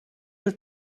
your